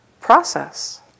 process